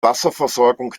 wasserversorgung